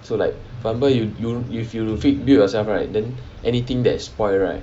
so like for example you you you if you build yourself right then anything that is spoilt right